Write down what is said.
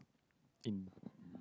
in